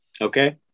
Okay